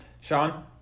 Sean